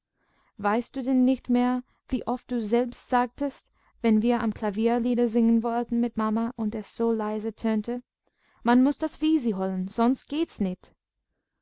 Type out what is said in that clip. weißt du denn nicht mehr wie oft du selbst sagtest wenn wir am klavier lieder singen wollten mit mama und es so leise tönte man muß das wisi holen sonst geht's nicht